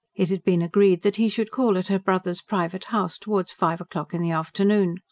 it had been agreed that he should call at her brother's private house, towards five o'clock in the afternoon.